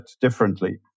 differently